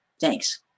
Thanks